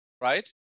right